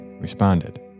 responded